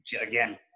again